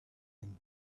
and